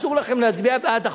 אסור לכם להצביע בעד החוק,